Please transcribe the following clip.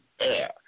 Air